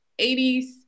80s